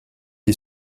est